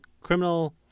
criminal